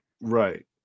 Right